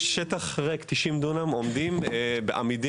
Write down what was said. יש שטח ריק של 90 דונם עומדים ועמידים.